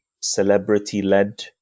celebrity-led